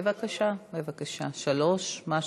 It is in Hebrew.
בבקשה, בבקשה, שלוש דקות, מה שתרצה.